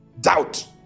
doubt